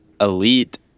elite